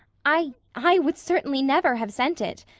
i i would certainly never have sent it.